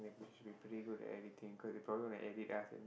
when we should be pretty good at editing cause they probably gonna edit us and